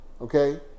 Okay